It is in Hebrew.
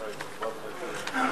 בבקשה, חבר הכנסת דב חנין.